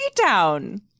Town